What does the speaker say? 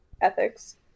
ethics